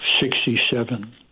Sixty-seven